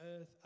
earth